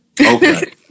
Okay